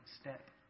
step